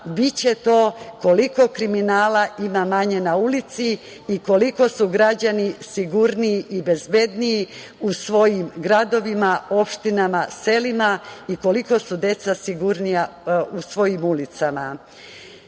biće to koliko kriminala ima manje na ulici i koliko su građani sigurniji i bezbedniji u svojim gradovima, opštinama, selima i koliko su deca sigurnija u svojim ulicama. Ovo